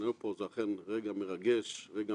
כי הייתי שותף לדעתו שמדובר במשהו שהוא